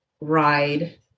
ride